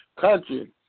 country